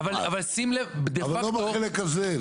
אבל לא בחלק הזה.